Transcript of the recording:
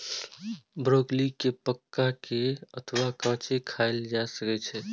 broccoli कें पका के अथवा कांचे खाएल जा सकै छै